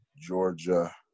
Georgia